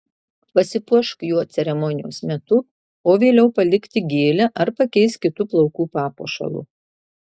pasipuošk juo ceremonijos metu o vėliau palik tik gėlę ar pakeisk kitu plaukų papuošalu